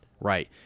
right